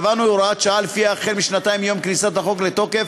קבענו הוראת שעה שלפיה החל בשנתיים מיום כניסת החוק לתוקף,